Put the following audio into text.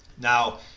Now